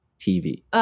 TV